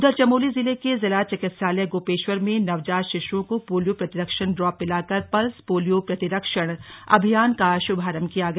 उधर चमोली जिले के जिला चिकित्सालय गोपेश्वर में नवजात शिशुओं को पोलियो प्रतिरक्षण ड्रॉप पिलाकर पल्स पोलियों प्रतिरक्षण अभियान का शुभारंभ किया गया